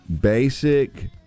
basic